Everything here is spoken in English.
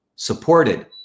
Supported